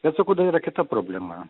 bet sakau dar yra kita problema